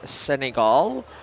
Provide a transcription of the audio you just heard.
Senegal